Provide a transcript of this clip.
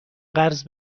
قرض